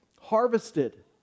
harvested